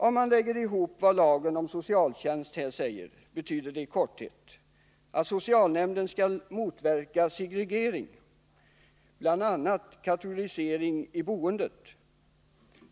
Om man lägger ihop vad lagen om socialtjänst här säger betyder det i korthet att socialnämnden skall motverka segregering, bl.a. kategorisering i boendet.